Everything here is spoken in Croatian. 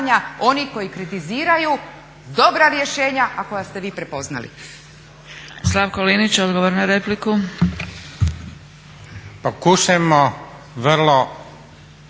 onih koji kritiziraju dobra rješenja, a koja ste vi prepoznali.